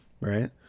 right